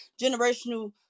generational